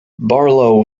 barlow